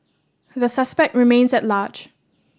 the suspect remains at large